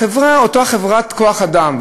אותה חברת כוח-אדם,